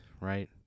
right